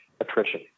attrition